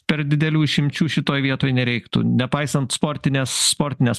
per didelių išimčių šitoj vietoj nereiktų nepaisant sportinės sportinės